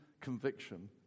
conviction